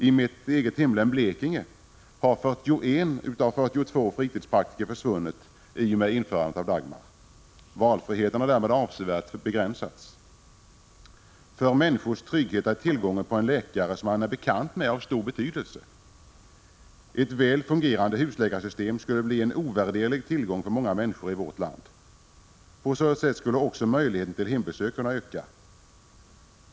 I mitt hemlän, Blekinge län, har 41 av 42 fritidspraktiker försvunnit i och med införandet av Dagmarreformen. Valfriheten har därmed avsevärt begränsats. För människors trygghet är tillgången till en läkare som de är bekanta med av stor betydelse. Ett väl fungerande husläkarsystem skulle bli en ovärderlig tillgång för många människor i vårt land. Med ett sådant skulle också möjligheten till hembesök kunna öka.